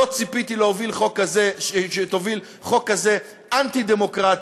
לא ציפיתי שתוביל חוק כזה אנטי-דמוקרטי,